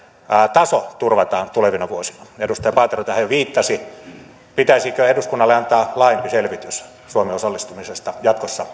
taso turvataan tulevina vuosina edustaja paatero tähän jo viittasi pitäisikö eduskunnalle antaa laajempi selvitys suomen osallistumisesta jatkossa